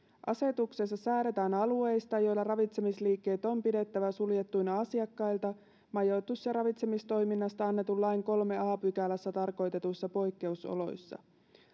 asetuksessa säädetään alueista joilla ravitsemisliikkeet on pidettävä suljettuina asiakkailta majoitus ja ravitsemistoiminnasta annetun lain kolmannessa a pykälässä tarkoitetuissa poikkeusoloissa